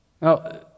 Now